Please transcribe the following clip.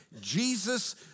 Jesus